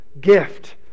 gift